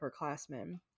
upperclassmen